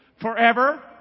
forever